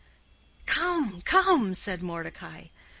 come! come! said mordecai,